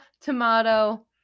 tomato